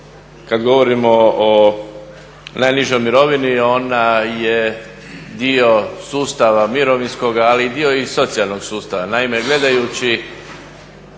kad govorimo o najnižoj mirovini ona je dio sustava mirovinskoga, ali i dio i socijalnog sustava. Naime, gledajući